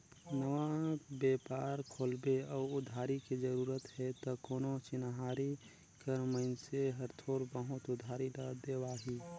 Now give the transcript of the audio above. नवा बेपार खोलबे अउ उधारी के जरूरत हे त कोनो चिनहार कर मइनसे हर थोर बहुत उधारी ल देवाही